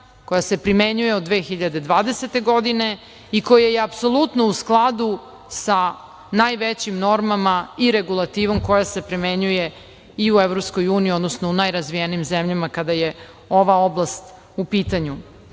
koja se primenjuje od 2020. godine i koja je u skladu sa najvećim normama i regulativom koja se primenjuje i u EU, odnosno u najrazvijenijim zemljama kada je ova oblast u pitanju. Povećali